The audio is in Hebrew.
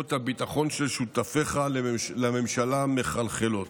זרועות הביטחון של שותפיך לממשלה מחלחלות.